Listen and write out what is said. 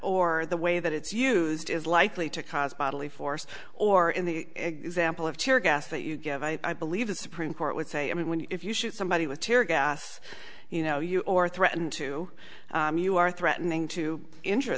or the way that it's used is likely to cause bodily force or in the example of tear gas that you give i believe the supreme court would say i mean when you if you shoot somebody with tear gas you know you or threaten to you are threatening to injure